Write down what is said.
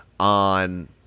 on